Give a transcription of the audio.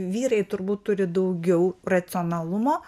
vyrai turbūt turi daugiau racionalumo